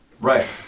Right